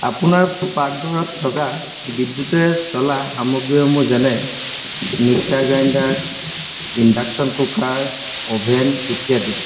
আপোনাৰ পাকঘৰত থকা বিদ্যুতেৰে চলা সামগ্ৰীসমূহ যেনে mixer grinder induction cooker oven ইত্যাদি